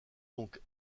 donc